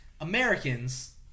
Americans